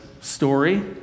story